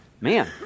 Man